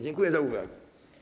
Dziękuję za uwagę.